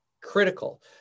critical